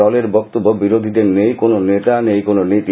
দলের বক্তব্য বিরোধীদের নেই কোনও নেতা নেই কোনও নীতি